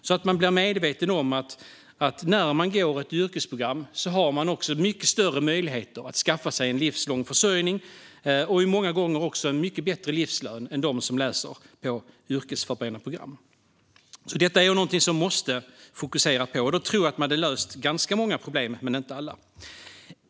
De ska bli medvetna om att när man går ett yrkesprogram har man också mycket större möjligheter att skaffa sig en livslång försörjning och många gånger också en mycket bättre livslön än de som läser på högskoleförberedande program. Detta är någonting som man måste fokusera på. Jag tror att det skulle lösa ganska många problem, men inte alla.